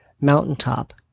Mountaintop